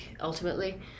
ultimately